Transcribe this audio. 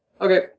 Okay